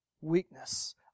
weakness